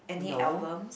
no